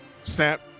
snap